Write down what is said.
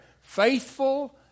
faithful